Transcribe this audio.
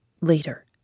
Later